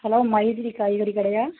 hello Maithili காய்கறி கடையா